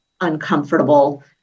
uncomfortable